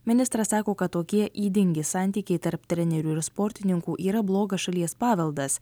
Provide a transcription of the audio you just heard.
ministras sako kad tokie ydingi santykiai tarp trenerių ir sportininkų yra blogas šalies paveldas